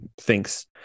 thinks